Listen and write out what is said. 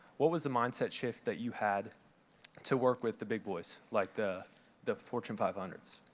what was the mindset shift that you had to work with the big boys, like the the fortune five hundred s?